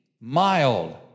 mild